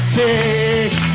take